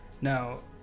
Now